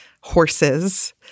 horses